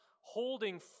holding